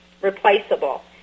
replaceable